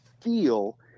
feel